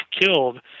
killed